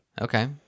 Okay